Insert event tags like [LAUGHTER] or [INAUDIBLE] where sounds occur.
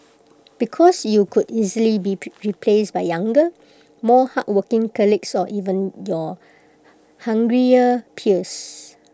because you could easily be [UNINTELLIGIBLE] replaced by younger more hardworking colleagues or even your hungrier peers